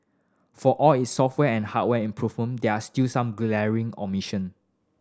for all its software and hardware improvement they are still some glaring omission